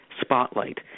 Spotlight